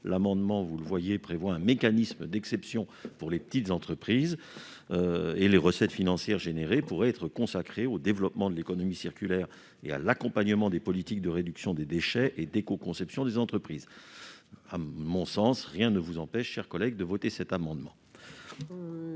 L'amendement n° I-717 tend à prévoir un mécanisme d'exception pour les petites entreprises. Les recettes financières ainsi créées pourraient être consacrées au développement de l'économie circulaire, mais aussi à l'accompagnement des politiques de réduction des déchets et d'écoconception des entreprises. À mon sens, rien ne vous empêche, chers collègues, de voter cet amendement.